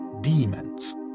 demons